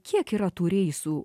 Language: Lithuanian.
kiek yra tų reisų